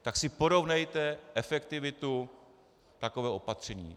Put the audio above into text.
Tak si porovnejte efektivitu takového opatření.